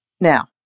Now